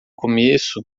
começo